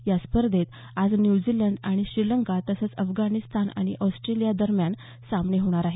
या स्पर्धेत आज न्युझीलंड आणि श्रीलंका तसंच अफगाणिस्तान आणि ऑस्ट्रेलिया यांच्या दरम्यान सामने होणार आहेत